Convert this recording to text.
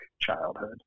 childhood